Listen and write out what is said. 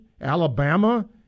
Alabama